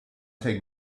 take